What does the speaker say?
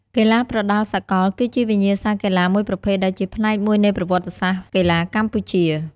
កីឡាប្រដាល់សកល គឺជាវិញ្ញាសាកីឡាមួយប្រភេទដែលជាផ្នែកមួយនៃប្រវត្តិសាស្ត្រកីឡាកម្ពុជា។